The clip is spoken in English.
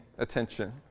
Attention